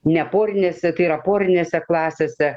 ne porinėse tai yra porinėse klasėse